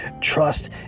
trust